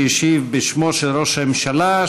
שהשיב בשמו של ראש הממשלה,